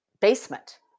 basement